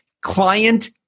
client